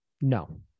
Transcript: No